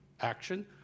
action